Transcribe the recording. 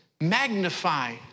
magnify